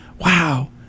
Wow